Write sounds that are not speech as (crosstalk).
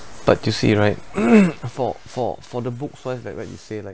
but you see right (coughs) for for for the book wise like what you say like